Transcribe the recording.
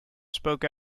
spoke